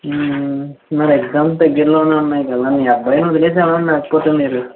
మరి ఎగ్జామ్స్ దగ్గరలోనే ఉన్నాయి కదా మీ అబ్బాయిని వదిలేసి వెళ్ళండి లేకపోతే మీరు